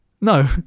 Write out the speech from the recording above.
No